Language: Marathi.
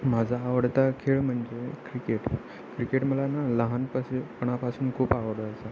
माझा आवडता खेळ म्हणजे क्रिकेट क्रिकेट मला ना लहानपासूनपणापासून खूप आवडायचं